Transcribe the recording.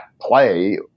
play